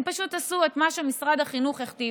הם פשוט עשו את מה שמשרד החינוך הכתיב.